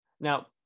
now